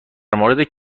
مورد